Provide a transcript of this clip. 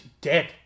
dead